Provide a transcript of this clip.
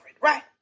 right